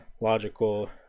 logical